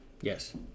Yes